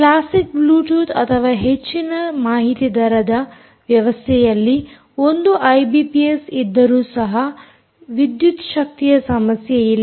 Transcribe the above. classic Bluetooth ಅಥವಾ ಹೆಚ್ಚಿನ ಮಾಹಿತಿ ದರದ ಬ್ಲೂಟೂತ್ ವ್ಯವಸ್ಥೆಯಲ್ಲಿ 1 ಎಮ್ಬಿಪಿಎಸ್ ಇದ್ದರೂ ಸಹ ವಿದ್ಯುತ್ ಶಕ್ತಿಯ ಸಮಸ್ಯೆಯಿಲ್ಲ